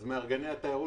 אז מארגני התיירות,